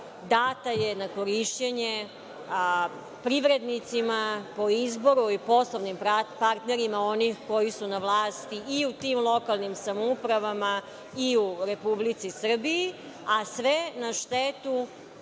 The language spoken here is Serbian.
data je na korišćenje privrednicima, po izboru i poslovnim partnerima onih koji su na vlasti i u tim lokalnim samoupravama i u Republici Srbiji, a sve na štetu